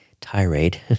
tirade